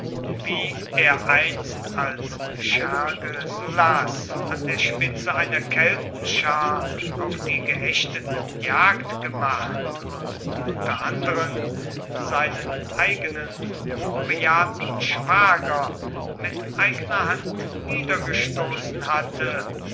wie er einst als scherge sullas an der spitze einer keltenschar auf die geächteten jagd gemacht und unter anderen seinen eigenen hochbejahrten schwager mit eigener hand niedergestoßen hatte